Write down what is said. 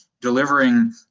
delivering